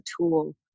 tool